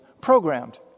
programmed